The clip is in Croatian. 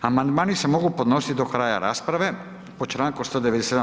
Amandmani se mogu podnositi do kraja rasprave po članku 197.